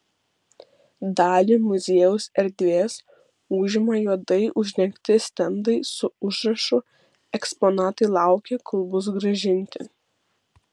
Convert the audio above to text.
dalį muziejaus erdvės užima juodai uždengti stendai su užrašu eksponatai laukia kol bus grąžinti